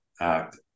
act